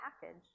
package